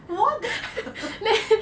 what the